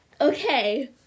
Okay